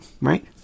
right